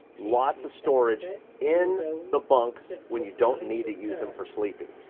lots of storage in the bunks when you don't need to use them for sleeping.